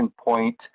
Point